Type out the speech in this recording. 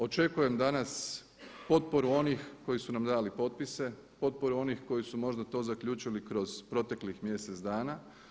Očekujem danas potporu onih koji su nam dali potpise, potporu onih koji su možda to zaključili kroz proteklih mjesec dana.